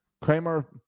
Kramer